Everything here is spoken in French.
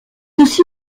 aussi